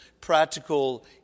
practical